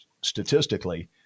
statistically